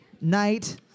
night